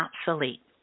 obsolete